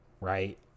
Right